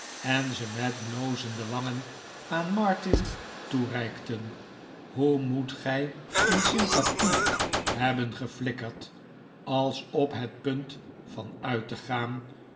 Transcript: en ze met blozende wangen aan martin toereikten hoe moet gij in sympathie hebben geflikkerd als op het punt van uit te gaan